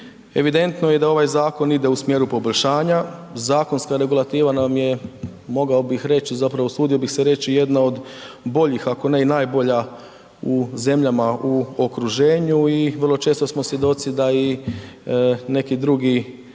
Evidentno je da ovaj zakon ide u smjeru poboljšanja, zakonska regulativa nam je mogao bi reći zapravo usudio bih se reći jedna od boljih ako ne i najbolja u zemljama u okruženju i vrlo često smo svjedoci da i neke druge